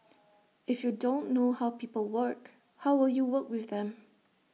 if you don't know how people work how will you work with them